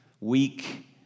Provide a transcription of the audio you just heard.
weak